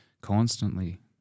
constantly